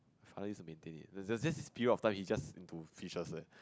I used to maintain it it's just period of time it's just into fish